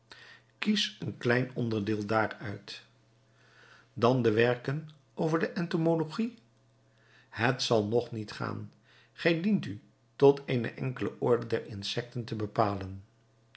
kies een klein onderdeel daaruit dan de werken over entomologie het zal nog niet gaan gij dient u tot eene enkele orde der insekten te bepalen